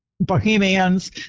bohemians